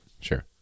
Sure